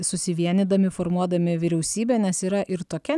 susivienydami formuodami vyriausybę nes yra ir tokia